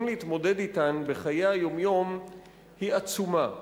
להתמודד אתן בחיי היום-יום היא עצומה.